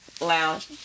lounge